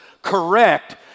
Correct